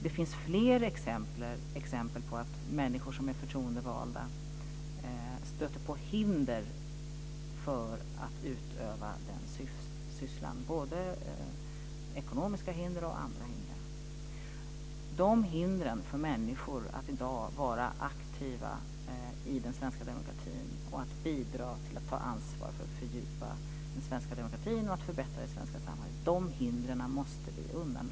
Det finns fler exempel på att människor som är förtroendevalda stöter på hinder för att utöva den sysslan. Det gäller både ekonomiska hinder och andra hinder. Vi måste undanröja de hinder som finns för människor att i dag vara aktiva i den svenska demokratin, bidra till att ta ansvar för att fördjupa den svenska demokratin och för att förbättra det svenska samhället.